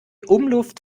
umluft